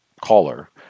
caller